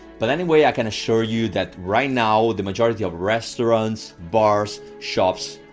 but anyway i can assure you, that right now the majority of restaurants, bars, shops,